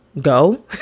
go